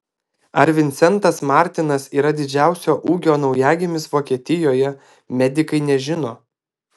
ar vincentas martinas yra didžiausio ūgio naujagimis vokietijoje medikai nežino